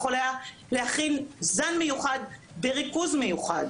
הוא יכול היה להכין זן מיוחד בריכוז מיוחד.